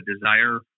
desire